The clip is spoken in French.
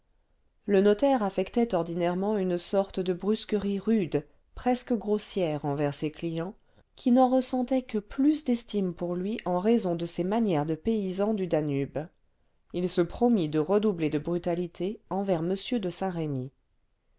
le notaire affectait ordinairement une sorte de brusquerie rude presque grossière envers ses clients qui n'en ressentaient que plus d'estime pour lui en raison de ces manières de paysan du danube il se promit de redoubler de brutalité envers m de saint-remy